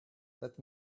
let